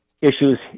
issues